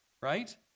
Right